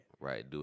Right